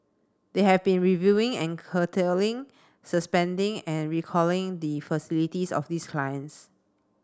they have been reviewing an curtailing suspending and recalling the facilities of these clients